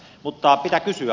mutta pitää kysyä